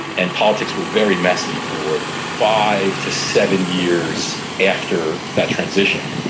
and politics were very messy for five to seven years after that transition.